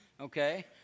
okay